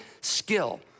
skill